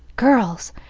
girls,